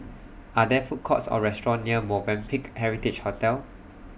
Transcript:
Are There Food Courts Or restaurants near Movenpick Heritage Hotel